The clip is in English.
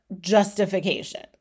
justification